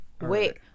Wait